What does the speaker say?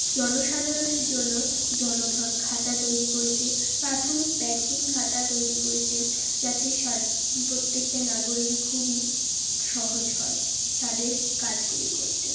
জনসাধারণের জন্য জনগন খাতা তৈরি করেছে প্রাথমিক ব্যাংকিং খাতা তৈরি করেছে যাতে প্রত্যেকটা নাগরেরই খুবই সহজ হয় তাদের কাজগুলি করতে